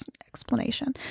explanation